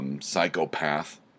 psychopath